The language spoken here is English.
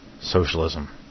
Socialism